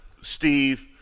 Steve